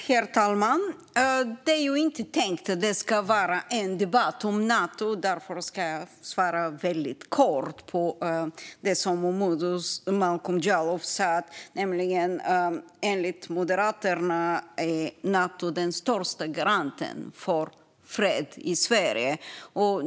Herr talman! Det här är inte tänkt att vara en debatt om Nato. Därför ska jag svara väldigt kort på det som Momodou Malcolm Jallow sa om att Nato enligt Moderaterna är den största garanten för fred i Sverige.